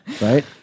Right